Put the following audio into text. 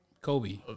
Kobe